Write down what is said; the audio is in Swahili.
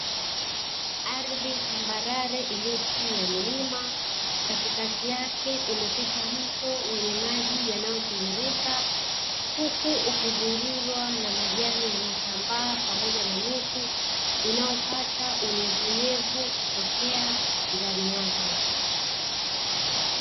Ardhi tambarare iliyo chini ya mlima katikati yake imepita mto unao tiririka, huku ukizingirwa na majani yanayotambaa pamoja na miti inayopata unyevuunyevu kutoka ndani yake.